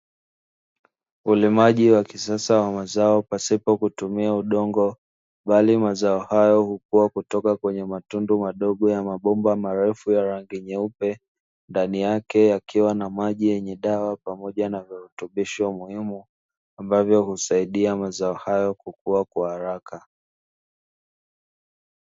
Ulimaji wa kisasa wa mazao pasipo kutumia udongo bali mazao hayo hukua kutoka kwenye matundu ya mabomba marefu ya rangi nyeupe, ndani yake yakiwa na maji yenye dawa pamoja na virutubisho muhimu, ambavyo husaidia mazao hayo kukua kwa haraka.